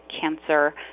cancer